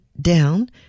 down